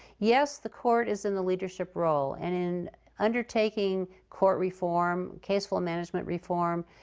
yes, the court is in the leadership role. and in undertaking court reform, caseflow management reform,